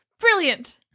Brilliant